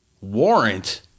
Warrant